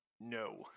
No